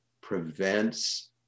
prevents